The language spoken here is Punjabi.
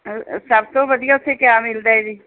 ਸਭ ਤੋਂ ਵਧੀਆ ਉੱਥੇ ਕਿਆ ਮਿਲਦਾ ਹੈ ਜੀ